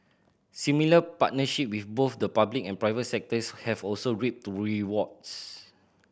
similar partnership with both the public and private sectors have also reaped rewards